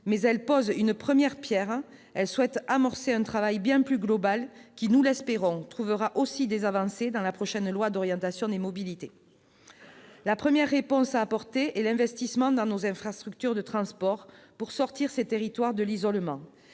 mais elle pose une première pierre et devrait permettre d'amorcer un travail bien plus global, qui, nous l'espérons, trouvera aussi des débouchés dans la prochaine loi d'orientation des mobilités. La première réponse à apporter est l'investissement dans nos infrastructures de transport pour sortir ces territoires de l'isolement.